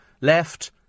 left